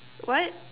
what